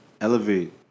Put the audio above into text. Elevate